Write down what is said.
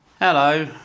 hello